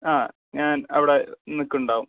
ആ ഞാൻ അവിടെ നിൽക്കുന്നുണ്ടാവും